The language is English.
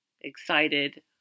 excited